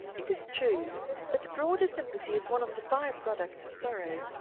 it is true that a broader sympathy is one of the by-products of sorrow,